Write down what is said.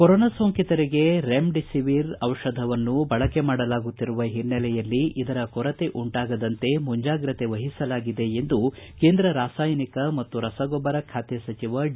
corona ಸೋಂಕಿತರಿಗೆ remdesivir ಡಿಷಧವನ್ನು ಬಳಕೆ ಮಾಡಲಾಗುತ್ತಿರುವ ಹಿನ್ನೆಲೆಯಲ್ಲಿ ಇದರ ಕೊರತೆ ಉಂಟಾಗದಂತೆ ಮುಂಜಾಗ್ರತೆ ವಹಿಸಲಾಗಿದೆ ಎಂದು ಕೇಂದ್ರ ರಾಸಾಯನಿಕ ಮತ್ತು ರಸಗೊಬ್ಲರ ಖಾತೆ ಸಚಿವ ಡಿ